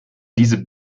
diese